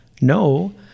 no